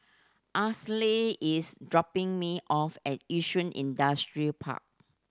Ansley is dropping me off at Yishun Industrial Park